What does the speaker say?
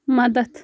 مدد